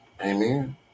Amen